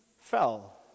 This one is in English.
fell